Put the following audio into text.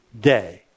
day